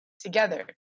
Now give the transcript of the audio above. together